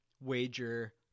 wager